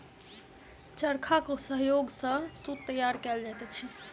चरखाक सहयोग सॅ सूत तैयार कयल जाइत अछि